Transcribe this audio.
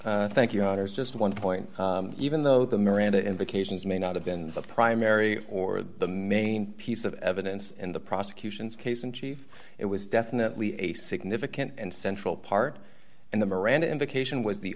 a thank you there's just one point even though the miranda indications may not have been the primary or the main piece of evidence in the prosecution's case in chief it was definitely a significant and central part and the miranda indication was the